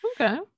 Okay